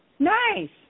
Nice